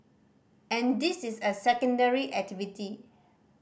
and this is a secondary activity